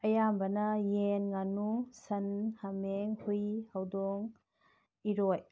ꯑꯌꯥꯝꯕꯅ ꯌꯦꯟ ꯉꯥꯅꯨ ꯁꯟ ꯍꯥꯃꯦꯡ ꯍꯨꯏ ꯍꯧꯗꯣꯡ ꯏꯔꯣꯏ